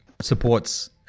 supports